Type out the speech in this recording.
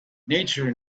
nature